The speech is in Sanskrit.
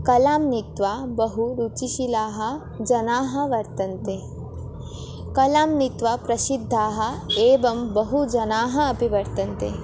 कलां नीत्वा बहु रुचिशिलाः जनाः वर्तन्ते कलां नीत्वा प्रसिद्धाः एवं बहु जनाः अपि वर्तन्ते